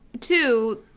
two